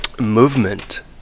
movement